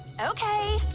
okay